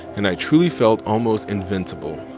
and i truly felt almost invincible.